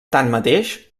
tanmateix